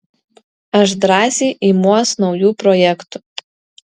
aš drąsiai imuos naujų projektų